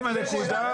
הנקודה הובהרה.